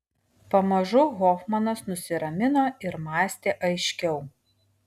pamažu hofmanas nusiramino ir mąstė aiškiau